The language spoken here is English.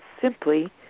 simply